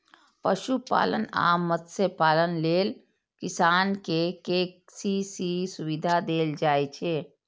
पशुपालन आ मत्स्यपालन लेल किसान कें के.सी.सी सुविधा देल जाइ छै